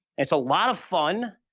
it's a lot of fun.